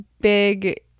big